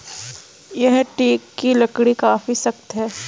यह टीक की लकड़ी काफी सख्त है